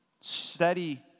Steady